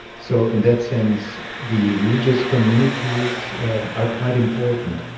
so in that sense, the religious communities are quite important.